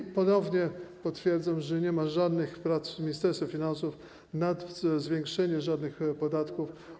I ponownie potwierdzam, że nie ma żadnych prac w Ministerstwie Finansów nad zwiększeniem żadnych podatków.